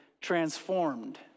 transformed